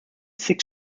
six